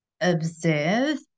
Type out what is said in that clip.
observe